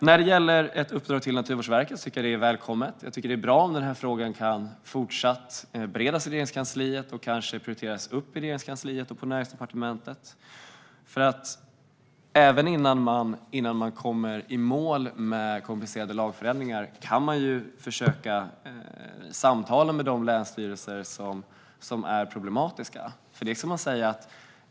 När det gäller ett uppdrag till Naturvårdsverket tycker jag att det är välkommet. Jag tycker att det är bra om frågan fortsatt kan beredas i Regeringskansliet och kanske prioriteras upp där och på Näringsdepartementet. Även innan man kommer i mål med komplicerade lagförändringar kan man nämligen försöka samtala med de länsstyrelser som är problematiska.